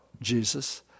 Jesus